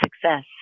success